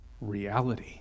reality